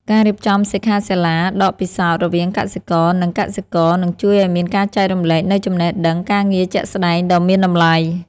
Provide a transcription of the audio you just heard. ការរៀបចំសិក្ខាសាលាដកពិសោធន៍រវាងកសិករ និងកសិករនឹងជួយឱ្យមានការចែករំលែកនូវចំណេះដឹងការងារជាក់ស្តែងដ៏មានតម្លៃ។